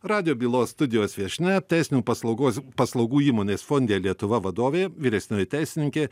radijo bylos studijos viešnia teisinių paslaugos paslaugų įmonės fonde lietuva vadovė vyresnioji teisininkė